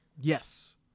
Yes